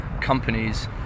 companies